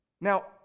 Now